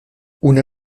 una